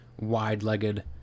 wide-legged